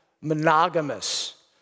Monogamous